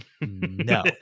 no